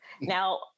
Now